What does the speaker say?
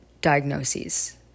diagnoses